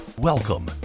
Welcome